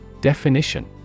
Definition